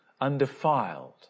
undefiled